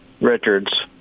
Richards